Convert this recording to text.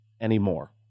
anymore